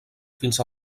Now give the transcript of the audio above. fins